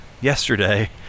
Yesterday